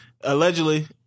allegedly